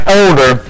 older